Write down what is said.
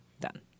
done